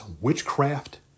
witchcraft